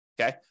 Okay